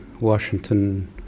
Washington